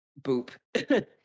boop